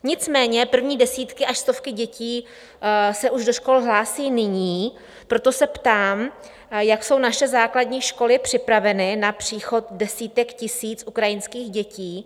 Nicméně první desítky až stovky dětí se už do škol hlásí nyní, proto se ptám, jak jsou naše základní školy připraveny na příchod desítek tisíc ukrajinských dětí.